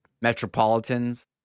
Metropolitans